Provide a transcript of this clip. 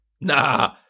Nah